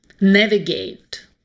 navigate